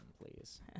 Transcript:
please